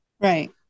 Right